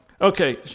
okay